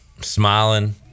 smiling